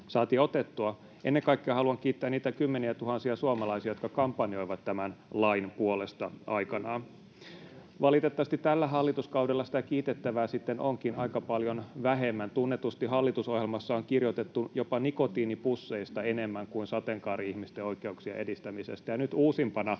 saatiin otettua. Ennen kaikkea haluan kiittää niitä kymmeniätuhansia suomalaisia, jotka kampanjoivat tämän lain puolesta aikanaan. Valitettavasti tällä hallituskaudella sitä kiitettävää sitten onkin aika paljon vähemmän. Tunnetusti hallitusohjelmassa on kirjoitettu jopa nikotiinipusseista enemmän kuin sateenkaari-ihmisten oikeuksien edistämisestä,